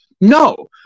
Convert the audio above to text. No